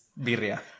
Birria